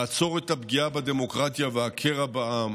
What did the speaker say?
לעצור את הפגיעה בדמוקרטיה והקרע בעם